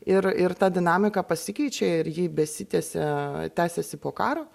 ir ir ta dinamika pasikeičia ir ji besitęsia tęsiasi po karo